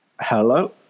Hello